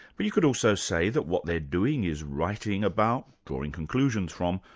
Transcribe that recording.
but you could also say that what they're doing is writing about, drawing conclusions from,